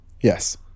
Yes